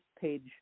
page